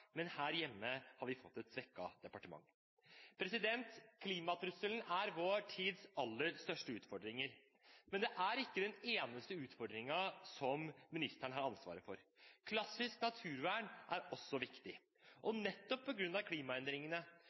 men her hjemme har vi fått et svekket departement. Klimatrusselen er vår tids aller største utfordring, men det er ikke den eneste utfordringen ministeren har ansvar for. Klassisk naturvern er også viktig. Nettopp på grunn av klimaendringene